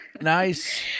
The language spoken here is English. Nice